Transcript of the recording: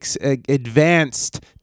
advanced